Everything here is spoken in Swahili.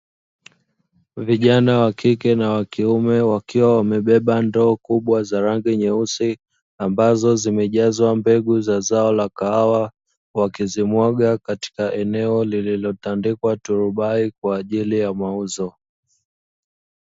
Vijana wakike na wakiume wakiwa wamebeba ndoo kubwa za rangi nyeusi, ambazo zimejazwa mbegu za zao la kahawa, wakizimwaga katika eneo lililotandikwa turubai kwa ajili ya mauzo.